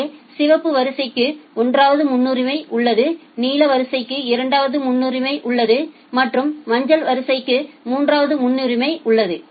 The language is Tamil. எனவே சிவப்பு வரிசைக்கு 1 வது முன்னுரிமை உள்ளது நீல வரிசைக்கு 2 வது முன்னுரிமை உள்ளது மற்றும் மஞ்சள் வரிசைக்கு 3 வது முன்னுரிமை உள்ளது